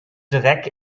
dreck